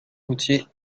routier